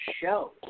show